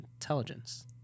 intelligence